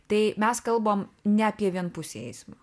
tai mes kalbam ne apie vienpusį eismą